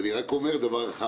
כל הדברים,